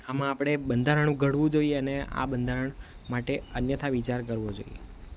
આમાં આપણે બંધારણ ઘડવું જોઈએ અને આ બંધારણ માટે અન્યથા વિચાર કરવો જોઈએ